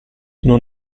non